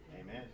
Amen